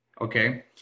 okay